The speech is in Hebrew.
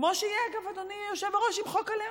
כמו שיהיה, אגב, אדוני היושב-ראש, עם חוק הלאום,